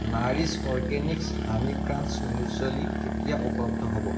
Nourish Organics honey crunch muesli কেতিয়া উপলব্ধ হ'ব